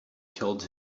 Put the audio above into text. killed